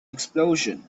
explosion